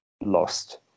lost